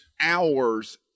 hours